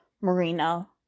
Marina